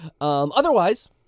Otherwise